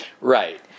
Right